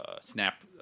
snap